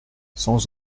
sans